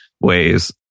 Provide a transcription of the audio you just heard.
ways